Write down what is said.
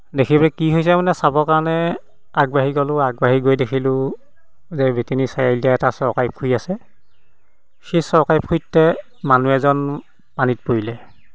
দেখি পেলাই কি হৈছে মানে চাবৰ কাৰণে আগবাঢ়ি গ'লোঁ আগবাঢ়ি গৈ দেখিলোঁ যে বেতিয়নী চাৰিআলিতে এটা চৰকাৰী পুখুৰী আছে সেই চৰকাৰী পুখুৰীটোতে মানুহ এজন পানীত পৰিলে